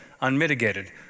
Unmitigated